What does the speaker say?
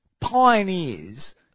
pioneers